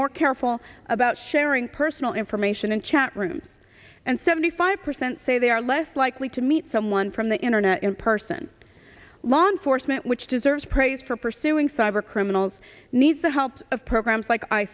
more careful about sharing personal information in chat rooms and seventy five percent say they are less likely to meet someone from the internet in person long forstmann which deserves praise for pursuing cyber criminals need the help of programs like i